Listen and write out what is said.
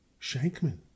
Shankman